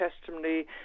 testimony